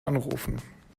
anrufen